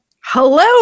hello